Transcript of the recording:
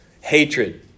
hatred